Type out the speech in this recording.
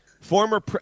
former